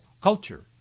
culture